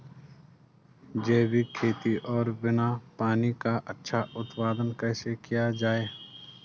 जैविक खेती और बिना पानी का अच्छा उत्पादन कैसे किया जाए?